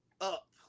up